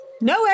No